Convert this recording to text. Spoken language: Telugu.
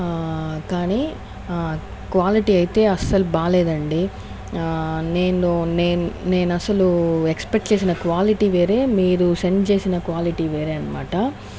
కానీ ఆ క్వాలిటీ అయితే అసలు బాగా లేదండి నేను నేను అసలు ఎక్స్పెక్ట్ చేసిన క్వాలిటీ వేరే మీరు సెండ్ చేసిన క్వాలిటీ వేరే అనమాట